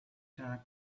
tax